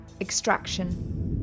Extraction